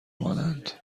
مانند